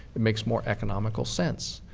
it makes more economical sense.